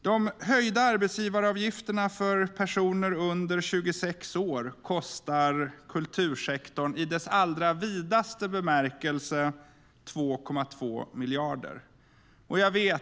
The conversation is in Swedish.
De höjda arbetsgivaravgifterna för personer under 26 år kostar kultursektorn i dess allra vidaste bemärkelse 2,2 miljarder.